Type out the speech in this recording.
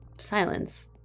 Silence